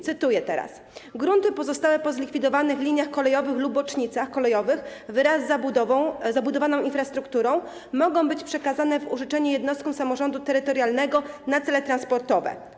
Cytuję: Grunty pozostałe po zlikwidowanych liniach kolejowych lub bocznicach kolejowych wraz z zabudowaną infrastrukturą mogą być przekazane w użyczenie jednostkom samorządu terytorialnego na cele transportowe.